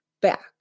back